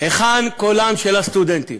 היכן קולם של הסטודנטים.